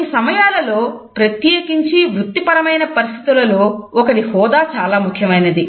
కొన్ని సమయాలలో ప్రత్యేకించి వృత్తిపరమైన పరిస్థితులలో ఒకరి హోదా చాలా ముఖ్యమైనది